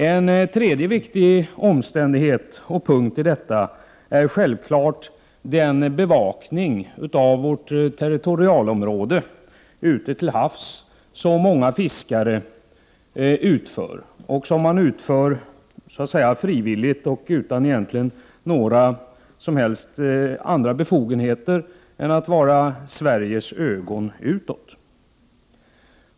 En tredje viktig punkt är den bevakning av vårt territorialområde ute till havs som många fiskare utför så att säga frivilligt och egentligen utan några som helst andra befogenheter än att vara Sveriges ögon utåt.